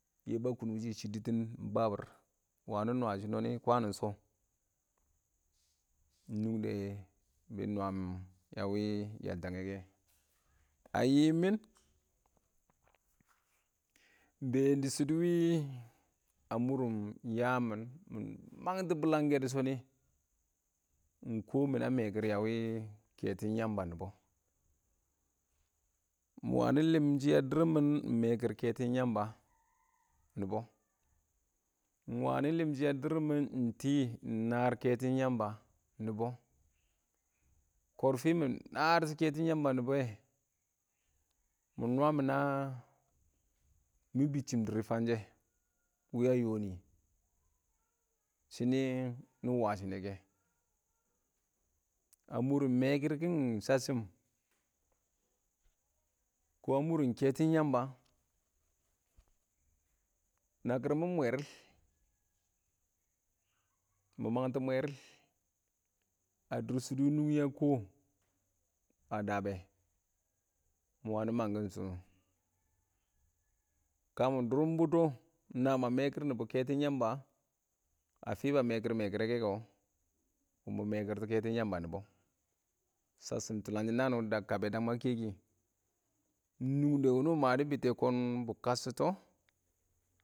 yɛbʊ a kʊn wɪɪnshi chiddɪtin babɪr bɪ wangi nwakɪn kwan sho iɪng nungde bɪ nwam a wɪɪn yaltenge kɛ. a yiim mɪn iɪngbeech shɪdo wɪɪn a murɪn dʊr mɪ mangtɔ bɪlangkɛ dɪ shoni, iɪng kɪɪn mɪna mekɪr kɛton yamba yamba iɪng wangɪn limshi a dʊr mɪn iɪng mekɪ kɛton yambayamba iɪngwangɪn limshi a dʊr mɪn iɪngt iɪngmar kɛto yamba yamba kɪɪnrfɪ mɪ narts kɛton yamba nibe mɪ nwa mɪna mɪn bɪtchim dɪir fanshe wɪɪnya yoni shini wasshinne kɛ a murɪn mekɪr kɪni shasshim kʊ a murɪn kɛton yamba nakɪr mon iɪng mweril mɪn mangtɔ mweril a dʊr shɪdo nungi a kʊ a dabbe mɪn wangɪn inangkɪn shʊ kə mɪ dʊrrum botto wɪɪn ma mekɪrim yamba kɛtoon yamba a fɪ ba mekɪrmekɪrre kɛ kʊ wɪɪn mɪ mekɪrts kɛton yamba yamba shasshim tulangshim naan wɪɪn dang kəbɛ ma kɛ kɪ iɪng nunde wuni dɪ bɪtte kɪɪnn bɪ kəcchits yɛbʊ a kum wɪɪnshi chddɪtin iɪng babɪr